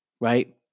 right